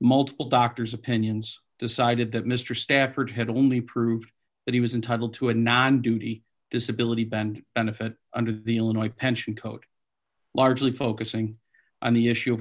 multiple doctors opinions decided that mr stafford had only proved that he was entitled to a non duty disability band benefit under the illinois pension coat largely focusing on the issue of